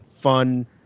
fun